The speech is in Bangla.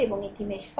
এবং এটি মেশ 5